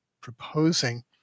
proposing